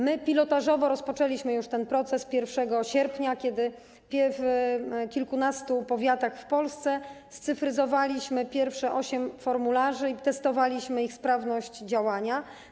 My pilotażowo rozpoczęliśmy już ten proces 1 sierpnia, kiedy w kilkunastu powiatach w Polsce scyfryzowaliśmy pierwsze osiem formularzy i testowaliśmy tu sprawność działania.